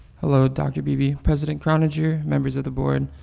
hello, dr. beebe, president croninger, members of the board,